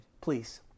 please